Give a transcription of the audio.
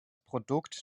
produkt